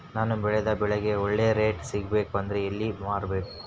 ನಾನು ಬೆಳೆದ ಬೆಳೆಗೆ ಒಳ್ಳೆ ರೇಟ್ ಸಿಗಬೇಕು ಅಂದ್ರೆ ಎಲ್ಲಿ ಮಾರಬೇಕು?